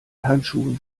handschuhen